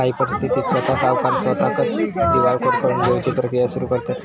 काही परिस्थितीत स्वता सावकार स्वताकच दिवाळखोर करून घेउची प्रक्रिया सुरू करतंत